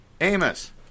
Amos